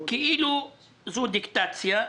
כאילו זו דיקטציה,